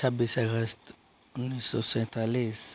छब्बीस अगस्त उन्नीस सौ सैंतालिस